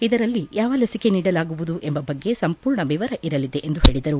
ಇದರಲ್ಲಿ ಯಾವ ಲಸಿಕೆ ನೀಡಲಾಗುವುದು ಎಂಬ ಬಗ್ಗೆ ಸಂಪೂರ್ಣ ವಿವರ ಇರಲಿದೆ ಎಂದು ಹೇಳಿದರು